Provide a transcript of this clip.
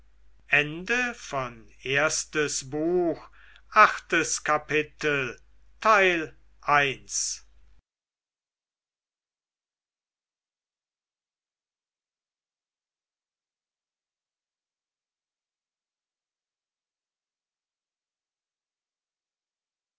erstes buch erstes kapitel